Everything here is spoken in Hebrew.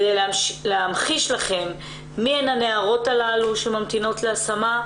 כדי להמחיש מי הן הנערות שממתינות להשמה,